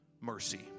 mercy